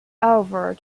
over